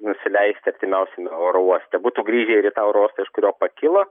nusileisti artimiausiame oro uoste būtų grįžę ir į tą oro uostą iš kurio pakilo